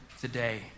today